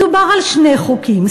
מדובר על שני חוקים.